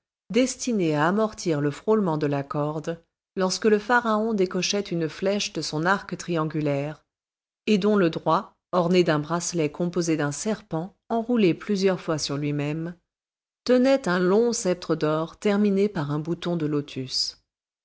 destiné à amortir le frôlement de la corde lorsque le pharaon décochait une flèche de son arc triangulaire et dont le droit orné d'un bracelet composé d'un serpent enroulé plusieurs fois sur lui-même tenait un long sceptre d'or terminé par un bouton de lotus